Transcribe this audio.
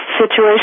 situation